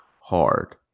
hard